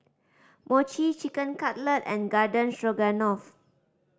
Mochi Chicken Cutlet and Garden Stroganoff